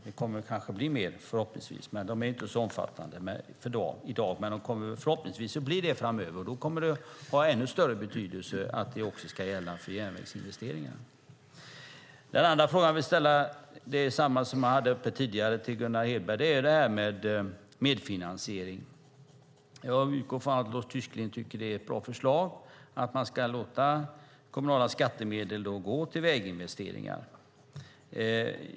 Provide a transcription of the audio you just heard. Det kommer kanske förhoppningsvis att bli mer, men de är inte så omfattande i dag. Blir de det i framtiden kommer det att ha ännu större betydelse att detta också ska gälla för järnvägsinvesteringar. Den andra frågan jag vill ställa är samma som jag ställde tidigare till Gunnar Hedberg och handlar om det här med medfinansiering. Jag utgår från att Lars Tysklind tycker att det är ett bra förslag att man ska låta kommunala skattemedel gå till väginvesteringar.